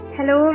Hello